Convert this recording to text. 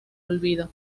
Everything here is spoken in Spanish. olvido